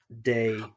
day